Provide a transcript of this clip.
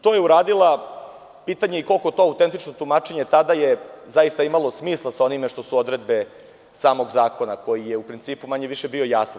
To je uradila i pitanje je koliko to autentično tumačenje, tada je zaista imalo smisla sa onim što su odredbe samog zakona koji je u principu bio jasan.